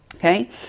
Okay